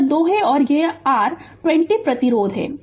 यह 2 है और यह r 20 प्रतिरोध है